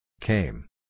Came